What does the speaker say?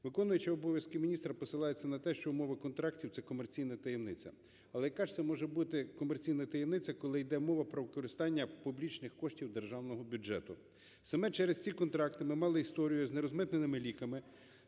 Виконуючий обов'язки міністра посилається на те, що умови контрактів – це комерційна таємниця. Але яка ж це може бути комерційна таємниця, коли іде мова про використання публічних коштів державного бюджету? Саме через ці контракти ми мали історію з нерозмитненими ліками,